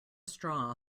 straw